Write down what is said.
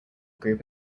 group